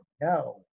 no